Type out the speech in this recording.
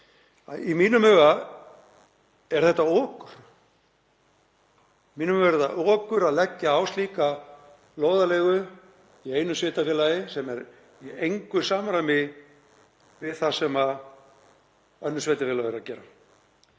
Í mínum huga er það okur að leggja á slíka lóðarleigu í einu sveitarfélagi sem er í engu samræmi við það sem önnur sveitarfélög eru að gera.